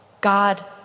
God